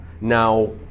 now